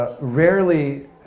rarely